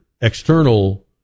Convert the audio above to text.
external